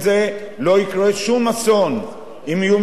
לא יקרה שום אסון אם יהיו מתנדבים,